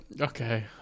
Okay